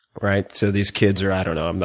right, so these kids are i don't um know,